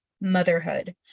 motherhood